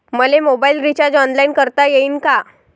मले mobile recharge online करता येईन का?